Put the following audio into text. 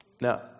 Now